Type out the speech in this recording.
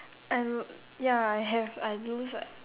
and ya I have I lose what